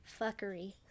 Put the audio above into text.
fuckery